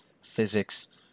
physics